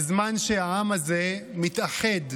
בזמן שהעם הזה מתאחד,